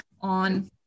on